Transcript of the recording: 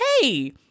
hey